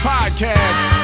Podcast